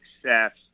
success